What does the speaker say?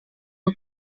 ngo